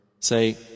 Say